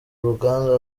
ruganda